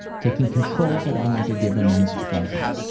taking control but only to give immense pleasure,